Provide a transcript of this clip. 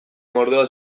mordoa